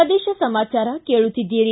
ಪ್ರದೇಶ ಸಮಾಚಾರ ಕೇಳುತ್ತಿದ್ದಿರಿ